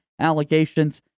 allegations